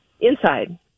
inside